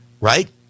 Right